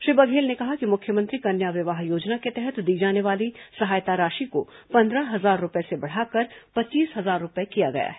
श्री बघेल ने कहा कि मुख्यमंत्री कन्या विवाह योजना के तहत दी जाने वाली सहायता राशि को पंद्रह हजार रूपये से बढ़ाकर पच्चीस हजार रूपये किया गया है